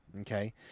Okay